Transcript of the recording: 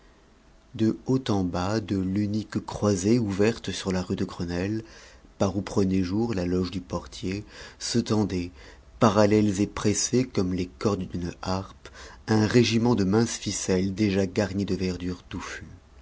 du haut en bas de l'unique croisée ouverte sur la rue de grenelle par où prenait jour la loge du portier se tendaient parallèles et pressées comme les cordes d'une harpe un régiment de minces ficelles déjà garnies de verdures touffues